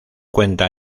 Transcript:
cuenta